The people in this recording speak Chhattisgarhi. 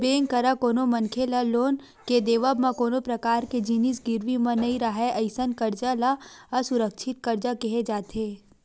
बेंक करा कोनो मनखे ल लोन के देवब म कोनो परकार के जिनिस गिरवी म नइ राहय अइसन करजा ल असुरक्छित करजा केहे जाथे